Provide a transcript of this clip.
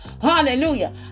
Hallelujah